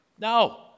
No